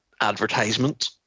advertisement